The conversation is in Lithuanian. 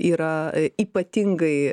yra ypatingai